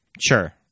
Sure